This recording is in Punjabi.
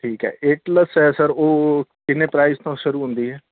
ਠੀਕ ਹੈ ਏਟ ਪਲੱਸ ਹੈ ਸਰ ਉਹ ਕਿੰਨੇ ਪ੍ਰਾਈਜ ਤੋਂ ਸ਼ੁਰੂ ਹੁੰਦੀ ਹੈ